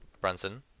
Brunson